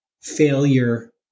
failure